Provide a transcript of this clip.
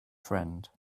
friend